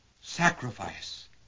sacrifice